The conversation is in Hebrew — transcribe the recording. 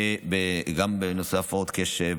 גם בנושא הפרעות קשב,